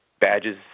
badges